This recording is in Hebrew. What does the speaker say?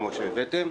כפי שהבאתם,